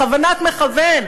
בכוונת מכוון,